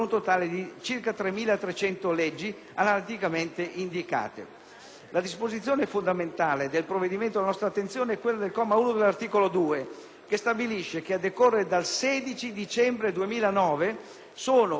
La disposizione fondamentale del provvedimento alla nostra attenzione è quella del comma 1 dell'articolo 2, che stabilisce che a decorrere dal 16 dicembre 2009 sono o restano abrogate le disposizioni legislative elencate nell'Allegato 1,